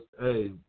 hey